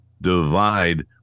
divide